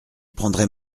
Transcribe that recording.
prendrai